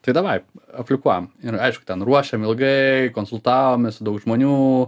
tai davai aplikuojam ir aišku ten ruošėm ilgai konsultavomės su daug žmonių